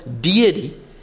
deity